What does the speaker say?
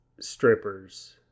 strippers